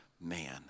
man